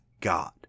God